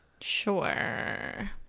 sure